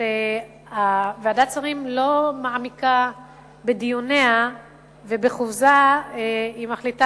שוועדת השרים לא מעמיקה בדיוניה ובחופזה היא מחליטה